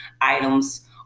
items